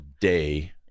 day